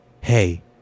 Hey